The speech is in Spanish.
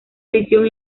edición